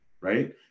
Right